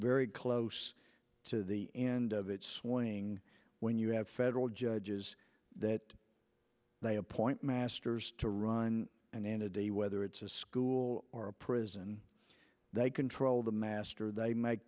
very close to the end of its swing when you have federal judges that they appoint masters to run and in a day whether it's a school or a prison they control the master they make